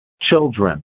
children